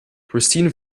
christine